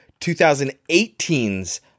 2018's